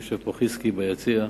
יושב פה חזקי ביציע,